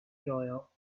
doyle